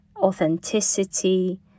authenticity